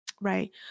Right